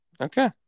Okay